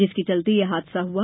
जिसके चलते यह हादसा हुआ